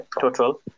Total